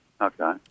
Okay